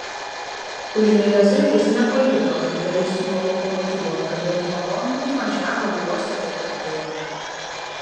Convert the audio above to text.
užmigęs zuikis nepajuto kaip dalis nuo lokomotyvo atkabintų vagonų įvažiavo į uosto teritoriją